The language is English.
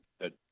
Good